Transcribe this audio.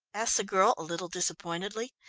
asked the girl a little disappointedly.